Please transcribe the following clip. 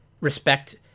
respect